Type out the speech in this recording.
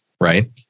right